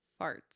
Farts